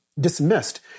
dismissed